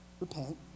repent